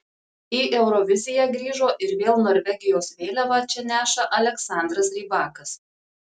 į euroviziją grįžo ir vėl norvegijos vėliavą čia neša aleksandras rybakas